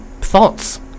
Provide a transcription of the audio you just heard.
thoughts